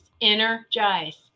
Energize